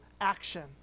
action